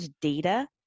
data